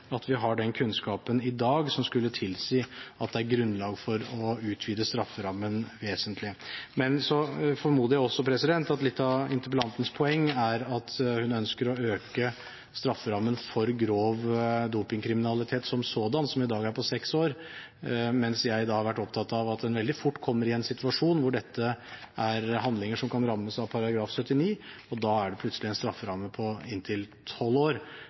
at vi har den kunnskapen i dag som skulle tilsi at det er grunnlag for å utvide strafferammen vesentlig. Men så formoder jeg også at litt av interpellantens poeng er at hun ønsker å øke strafferammen for grov dopingkriminalitet som sådan, som i dag er på seks år, mens jeg har vært opptatt av at en veldig fort kommer i en situasjon hvor dette er handlinger som kan rammes av § 79, og da er det plutselig en strafferamme på inntil tolv år.